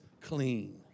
clean